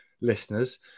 listeners